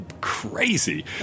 crazy